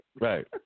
Right